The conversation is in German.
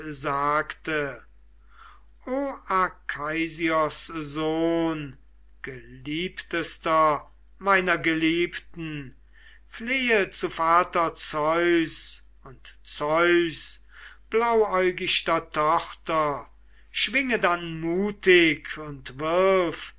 sagte o arkeisios sohn geliebtester meiner geliebten flehe zu vater zeus und zeus blauäugichter tochter schwinge dann mutig und